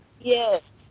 Yes